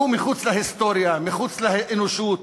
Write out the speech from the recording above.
שהוא מחוץ להיסטוריה, מחוץ לאנושות,